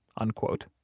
unquote.